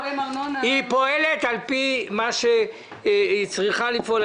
היא פועלת על פי מה שהיא צריכה לפעול.